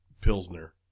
Pilsner